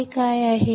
हे काय आहे